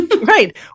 right